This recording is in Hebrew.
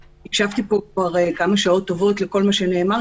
הקשבתי פה כבר כמה שעות טובות לכל מה שנאמר.